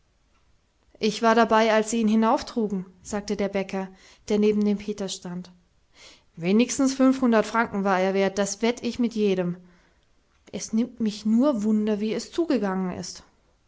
ich war dabei als sie ihn hinauftrugen sagte der bäcker der neben dem peter stand wenigstens franken war er wert das wett ich mit jedem es nimmt mich nur wunder wie es zugegangen ist